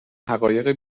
حقایق